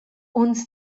uns